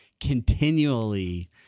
continually